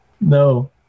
No